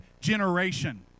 generation